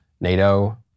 NATO